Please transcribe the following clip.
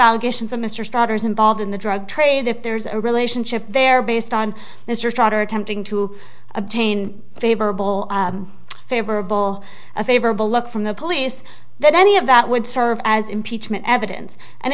allegations of mr starters involved in the drug trade if there's a relationship there based on mr trotter attempting to obtain favorable favorable a favorable look from the police that any of that would serve as impeachment evidence and